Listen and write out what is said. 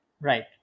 Right